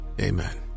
Amen